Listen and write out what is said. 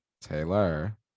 taylor